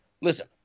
Listen